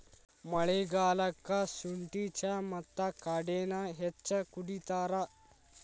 ಮಳಿಗಾಲಕ್ಕ ಸುಂಠಿ ಚಾ ಮತ್ತ ಕಾಡೆನಾ ಹೆಚ್ಚ ಕುಡಿತಾರ